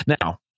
Now